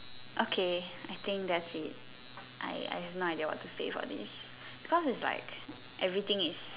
okay I think that's it I I have no idea what to say for this cause it's like everything is